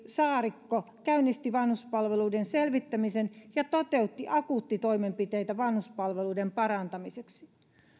saarikko käynnisti vanhuspalveluiden selvittämisen ja toteutti akuuttitoimenpiteitä vanhuspalveluiden parantamiseksi